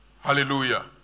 Hallelujah